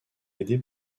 aidé